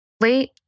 Late